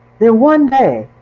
then, one day,